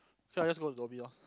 so I just go to Dhoby loh